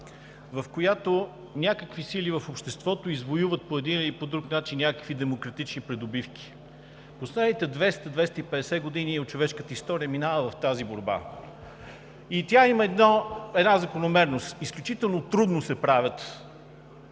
в която някакви сили в обществото извоюват по един или друг начин някакви демократични придобивки. Последните 200 – 250 години от човешката история минават в тази борба. Тя има една закономерност – изключително трудно се правят